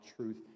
truth